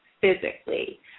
physically